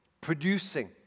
producing